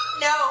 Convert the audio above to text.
No